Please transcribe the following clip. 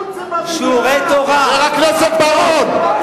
לא, הקונץ הוא בבניין.